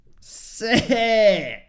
Sick